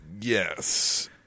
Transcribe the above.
Yes